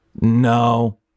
No